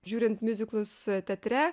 žiūrint miuziklus teatre